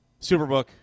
Superbook